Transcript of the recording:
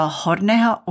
horného